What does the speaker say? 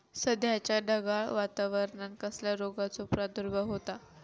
सध्याच्या ढगाळ वातावरणान कसल्या रोगाचो प्रादुर्भाव होता?